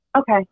Okay